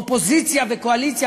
אופוזיציה וקואליציה,